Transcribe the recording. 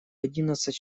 одиннадцать